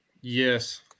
Yes